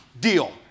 deal